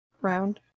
round